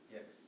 Yes